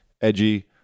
edgy